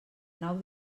nau